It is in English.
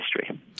history